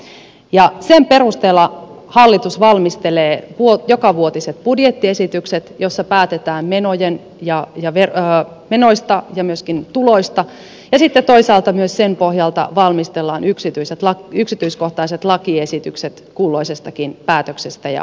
eli se on raami ja sen perusteella hallitus valmistelee jokavuotiset budjettiesitykset joissa päätetään menoista ja myöskin tuloista ja sitten toisaalta sen pohjalta valmistellaan myös yksityiskohtaiset lakiesitykset kulloisestakin päätöksestä ja uudistuksesta